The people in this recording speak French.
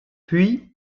puis